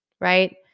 right